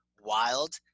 wild